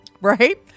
Right